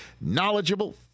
knowledgeable